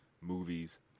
movies